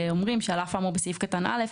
נאמר: על אף האמור בסעיף קטן (א),